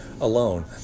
alone